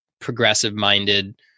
progressive-minded